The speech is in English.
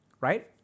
Right